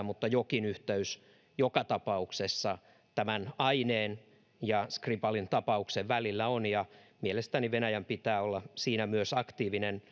mutta jokin yhteys joka tapauksessa tämän aineen ja skripalin tapauksen välillä on ja mielestäni myös venäjän pitää olla aktiivinen